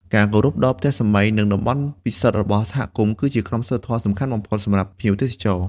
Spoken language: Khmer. ការគោរពដល់ផ្ទះសម្បែង និងតំបន់ពិសិដ្ឋរបស់សហគមន៍ គឺជាក្រមសីលធម៌សំខាន់បំផុតសម្រាប់ភ្ញៀវទេសចរ។